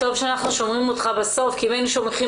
טוב שאנחנו שומעים אותך בסוף כי אם היינו שומעים